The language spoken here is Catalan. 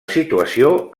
situació